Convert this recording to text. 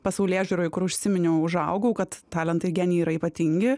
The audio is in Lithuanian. pasaulėžiūroj kur užsiminiau užaugau kad talentai genijai yra ypatingi